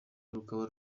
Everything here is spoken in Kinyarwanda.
rukaba